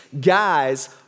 guys